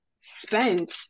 spent